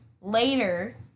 later